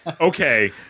Okay